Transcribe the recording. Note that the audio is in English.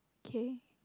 okay